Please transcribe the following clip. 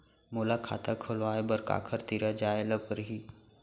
मोला खाता खोलवाय बर काखर तिरा जाय ल परही?